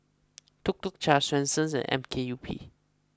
Tuk Tuk Cha Swensens and M K U P